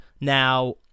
Now